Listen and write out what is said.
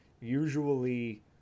Usually